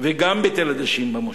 וגם במושב תל-עדשים.